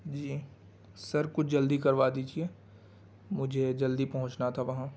جی sir کچھ جلدی کروا دیجیے مجھے جلدی پہنچنا تھا وہاں